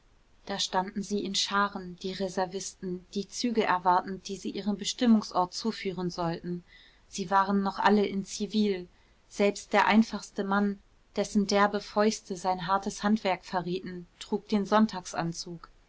da standen sie in scharen die reservisten die züge erwartend die sie ihrem bestimmungsort zuführen sollten sie waren noch alle in zivil selbst der einfachste mann dessen derbe fäuste sein hartes handwerk verrieten trug den sonntagsanzug